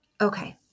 Okay